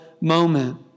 moment